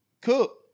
cook